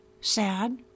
sad